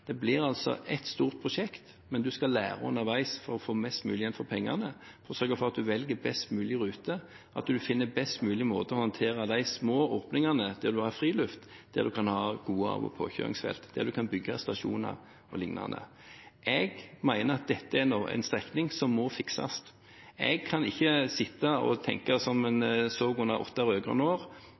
Det blir altså ett stort prosjekt, men en skal lære underveis for å få mest mulig igjen for pengene og sørge for at en velger best mulig rute, at en finner best mulig måte å håndtere de små åpningene på der en har friluft – der en kan ha gode av- og påkjøringsfelt, der en kan bygge stasjoner og lignende. Jeg mener at dette er en strekning som må fikses. Jeg kan ikke sitte og tenke som en gjorde i åtte rød-grønne år,